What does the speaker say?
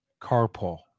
Carpool